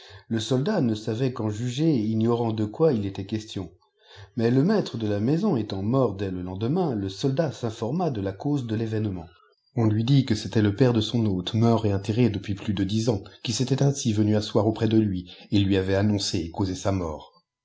le soldat ne savait qu'en juger ignorant de quoi il était question mais le maître de la maison étant mort dès le lendemain le soldat sinforma de la cause de l'évènemenf oniui dit que c'était le père de son hôte mortel enterré depuis plus de dix ans cyii s'était ainsi venu asseoir auprès de lui et lui avait annoncé et causé sa mort